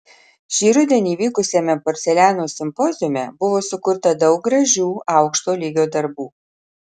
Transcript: šį rudenį vykusiame porceliano simpoziume buvo sukurta daug gražių aukšto lygio darbų